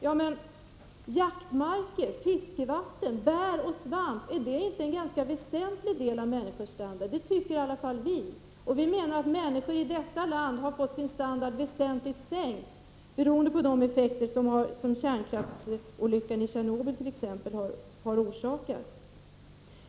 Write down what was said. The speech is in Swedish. Ja, men jaktmarker, fiskevatten, bär och svamp — är inte sådana saker en ganska väsentlig del av människors standard? Det tycker i varje fall vi. Vi menar att människor i detta land har fått sin standard väsentligt sänkt beroende på de effekter som kärnkraftsolyckan i Tjernobyl t.ex. har orsakat.